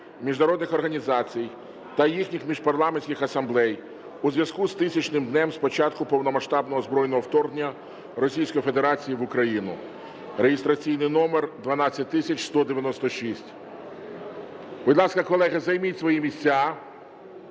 міжнародних організацій та їхніх міжпарламентських асамблей у зв’язку із 1000-м днем з початку повномасштабного збройного вторгнення російської федерації в Україну (реєстраційний номер 12196). Будь ласка, колеги, займіть свої місця.